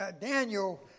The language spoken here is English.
Daniel